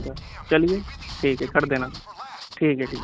اچھا چلیے ٹھیک ہے کر دینا ٹھیک ہے ٹھیک